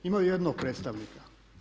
Imaju jednog predstavnika.